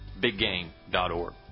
BigGame.org